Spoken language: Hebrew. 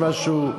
יש משהו.